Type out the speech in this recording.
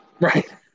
Right